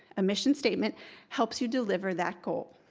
a mission statement helps you deliver that goal.